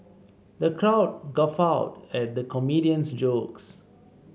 the crowd guffawed at the comedian's jokes